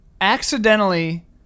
accidentally